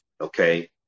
Okay